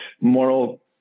moral